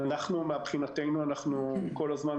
מבחינתנו, אנחנו כל הזמן